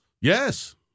Yes